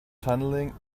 tunneling